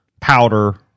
powder